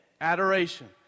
adoration